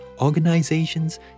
organizations